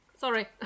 Sorry